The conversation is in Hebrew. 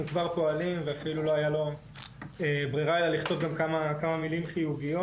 כבר פועלים ואפילו לא היה לו ברירה אלא לכתוב להם כמה מילים חיוביות.